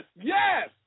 Yes